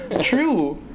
true